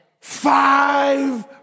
Five